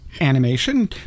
animation